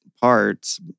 parts